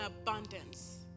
abundance